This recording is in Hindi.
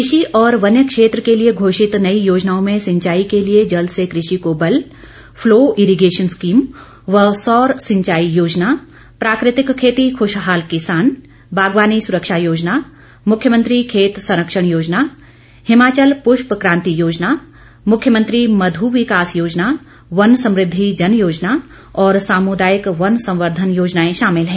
कृषि और वन्य क्षेत्र के लिए घोषित नई योजनाओं में सिंचाई के लिए जल से कृषि को बल फलो इरीगैशन स्कीम व सौर सिंचाई योजना प्राकृतिक खेती खुशहाल किसान बागवानी सुरक्षा योजना मुख्यमंत्री खेत संरक्षण योजना हिमाचल पुष्प कांति योजना मुख्यमंत्री मधु विकास योजना वन समृद्धि जन योजना और सामुदायिक वन संवर्धन योजनाएं शामिल हैं